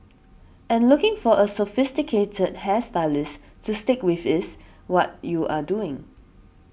and looking for a sophisticated hair stylist to stick with is what you are doing